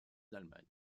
d’allemagne